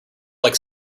like